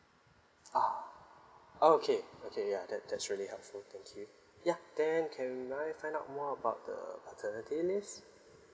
ah oh okay okay ya that that's really helpful thank you yeah then can I find out more about the paternity leaves